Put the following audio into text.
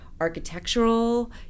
architectural